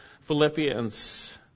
Philippians